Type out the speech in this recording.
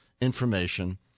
information